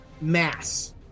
mass